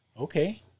okay